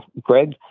Greg